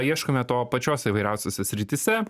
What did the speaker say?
ieškome to pačiose įvairiausiose srityse